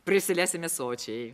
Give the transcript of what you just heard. prisiliesime sočiai